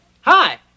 Hi